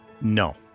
No